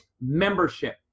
membership